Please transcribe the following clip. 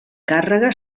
càrrega